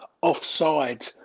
Offside